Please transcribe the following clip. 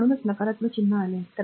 तर म्हणूनच नकारात्मक चिन्ह आले आहे